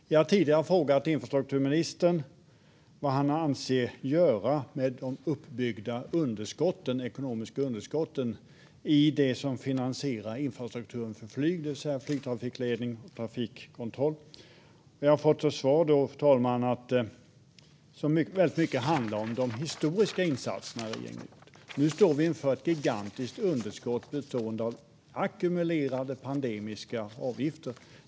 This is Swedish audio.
Jag har tidigare frågat infrastrukturministern vad han avser att göra med de uppbyggda ekonomiska underskotten i det som finansierar infrastrukturen för flyg, det vill säga flygtrafikledning och trafikkontroll, och har fått svar som handlar mycket om de historiska insatserna. Nu står vi inför ett gigantiskt underskott bestående av avgifter som ackumulerats under pandemin.